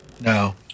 No